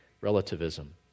relativism